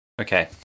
Okay